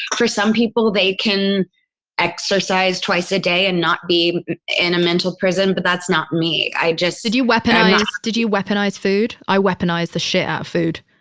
for some people, they can exercise twice a day and not be in a mental prison. but that's not me. i just did you weaponize? did you weaponize food? i weaponized the shit out of food.